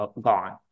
gone